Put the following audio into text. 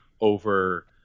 over